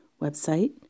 website